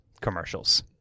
commercials